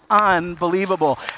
unbelievable